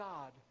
God